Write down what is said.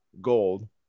gold